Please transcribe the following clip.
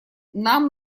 нам